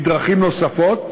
בדרכים נוספות,